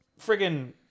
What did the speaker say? friggin